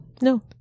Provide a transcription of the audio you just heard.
No